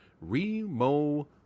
Remo